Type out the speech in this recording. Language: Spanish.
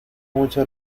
mucho